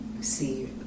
see